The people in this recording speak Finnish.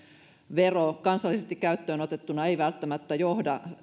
vero kansallisesti käyttöön otettuna ei välttämättä johda